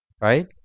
right